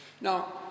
Now